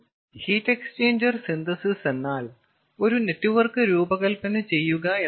heat exchanger synthesis എന്നാൽ ഒരു network രൂപകൽപ്പന ചെയ്യുക എന്നാണ്